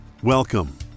Welcome